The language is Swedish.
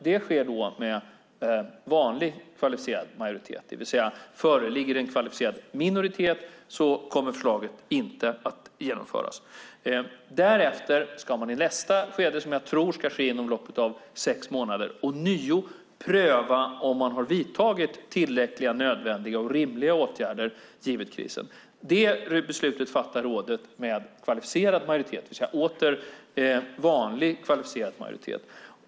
Det sker med vanlig kvalificerad majoritet, det vill säga om det föreligger en kvalificerad minoritet kommer förslaget inte att genomföras. Därefter ska man i nästa skede, som jag tror ska ske inom loppet av sex månader, ånyo pröva om man har vidtagit tillräckliga, nödvändiga och rimliga åtgärder givet krisen. Detta beslut fattar rådet med kvalificerad majoritet, det vill säga återigen vanlig kvalificerad majoritet.